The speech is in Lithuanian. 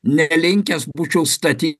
nelinkęs būčiau statyti